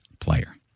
player